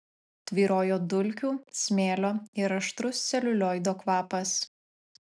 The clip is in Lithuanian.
tvyrojo dulkių smėlio ir aštrus celiulioido kvapas